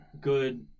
good